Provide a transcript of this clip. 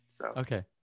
Okay